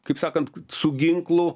kaip sakant su ginklu